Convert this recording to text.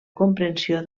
comprensió